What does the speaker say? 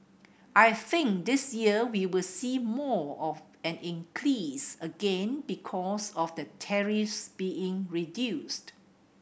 I think this year we'll see more of an increase again because of the tariffs being reduced